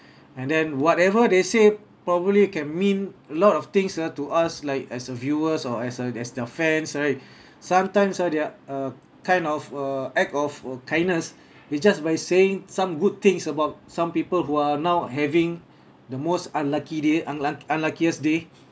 and then whatever they say properly can mean a lot of things ah to us like as a viewers or as a as their fans right sometimes ah their uh kind of uh act of uh kindness is just by saying some good things about some people who are now having the most unlucky day unluck~ unluckiest day